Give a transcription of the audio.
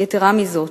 יתירה מזאת,